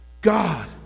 God